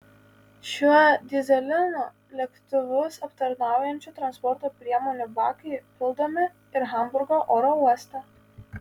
šiuo dyzelinu lėktuvus aptarnaujančių transporto priemonių bakai pildomi ir hamburgo oro uoste